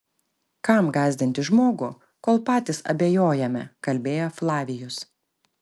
kam gąsdinti žmogų kol patys abejojame kalbėjo flavijus